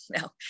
No